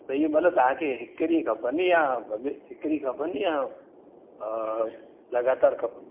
त इहे मतलबु तव्हांखे हिकु ॾींहु खपनि या हिकु ॾींहुं खपनि अ लगातारु खपनि